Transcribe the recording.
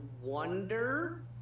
wonder